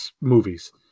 movies